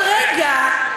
אבל רגע.